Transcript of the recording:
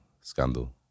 scandal